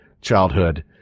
Childhood